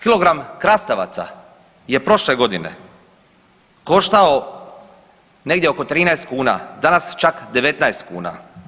Kilogram krastavaca je prošle godine koštao negdje oko 13 kuna, danas čak 19 kuna.